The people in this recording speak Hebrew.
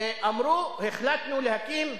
אמרו: החלטנו להקים,